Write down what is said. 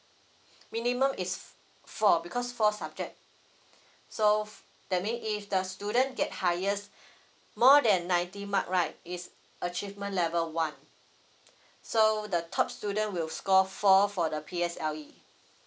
minimum is four because four subject so f~ that mean if the student get highest more than ninety mark right is achievement level one so the top student will score four for the P_S_L_E